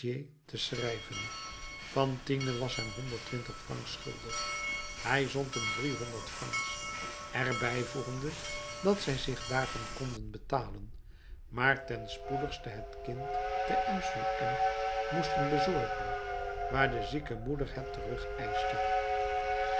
te schrijven fantine was hem honderd twintig francs schuldig hij zond hem driehonderd francs er bijvoegende dat zij zich daarvan konden betalen maar ten spoedigste het kind te m sur m moesten bezorgen waar de zieke moeder het terug eischte